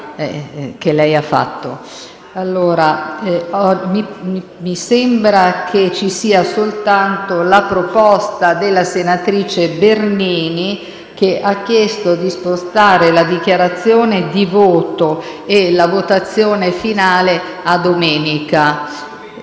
cambiato. PRESIDENTE. Mi sembra che ci sia soltanto la proposta della senatrice Bernini, che ha chiesto di spostare la dichiarazione di voto e la votazione finale a domenica.